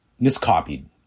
miscopied